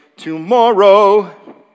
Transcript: Tomorrow